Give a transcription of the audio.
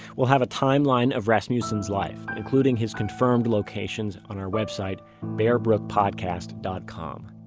we'll have a timeline of rasmussen's life, including his confirmed locations, on our website bearbrookpodcast dot com,